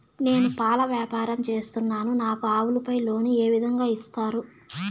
నేను పాల వ్యాపారం సేస్తున్నాను, నాకు ఆవులపై లోను ఏ విధంగా ఇస్తారు